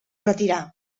retirà